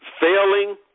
failing